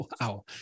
Wow